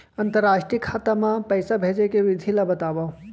अंतरराष्ट्रीय खाता मा पइसा भेजे के विधि ला बतावव?